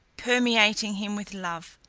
permeating him with love,